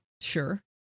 Sure